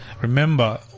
remember